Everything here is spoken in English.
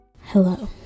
hello